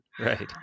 Right